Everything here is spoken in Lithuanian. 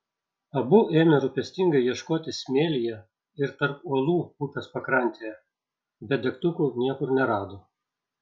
abu ėmė rūpestingai ieškoti smėlyje ir tarp uolų upės pakrantėje bet degtukų niekur nerado